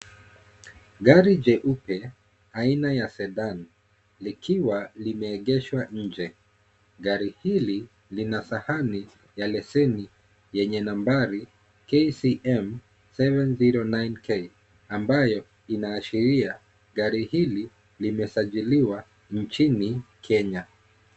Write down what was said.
Gari jeupe, aina ya Sedan likiwa limeegeshwa nje, gari hili lina sahani ya leseni yenye nambari KCM seven, zero, nine, K ambayo inaashiria gari hili limesajiliwa nchini Kenya.